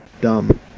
dumb